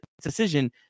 decision